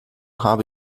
habe